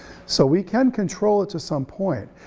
so we can control it to some point.